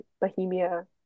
Bohemia